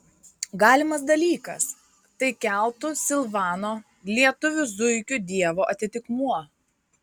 galimas dalykas tai keltų silvano lietuvių zuikių dievo atitikmuo